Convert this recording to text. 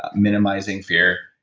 ah minimizing fear.